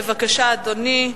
בבקשה, אדוני.